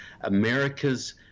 America's